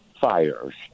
fires